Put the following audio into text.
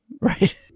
Right